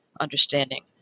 understanding